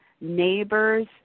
neighbors